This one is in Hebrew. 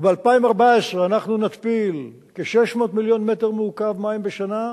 וב-2014 נתפיל כ-600 מיליון מטר מעוקב מים בשנה,